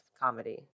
Comedy